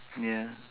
ya